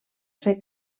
ser